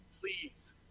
please